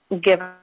give